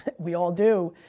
we all do,